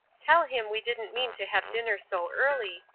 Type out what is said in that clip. tell him we didn't mean to have dinner so early,